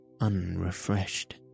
unrefreshed